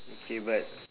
okay but